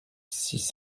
six